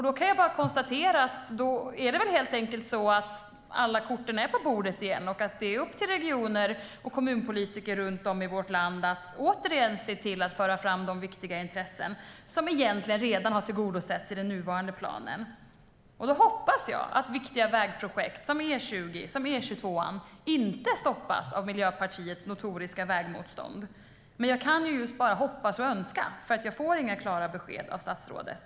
Då kan jag bara konstatera att det helt enkelt är så att alla kort ligger på bordet igen och att det är upp till regioner och kommunpolitiker runt om i vårt land att återigen se till att föra fram de viktiga intressen som egentligen redan har tillgodosetts i den nuvarande planen. Jag hoppas att viktiga vägprojekt som E20 och E22:an inte stoppas av Miljöpartiets notoriska vägmotstånd. Men jag kan just bara hoppas och önska, för jag får inga klara besked av statsrådet.